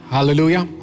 Hallelujah